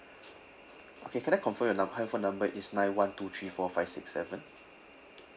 okay can I confirm your num~ handphone number is nine one two three four five six seven